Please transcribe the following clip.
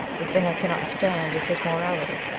the thing i cannot stand is his morality.